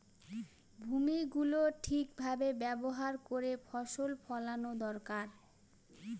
ভূমি গুলো ঠিক ভাবে ব্যবহার করে ফসল ফোলানো দরকার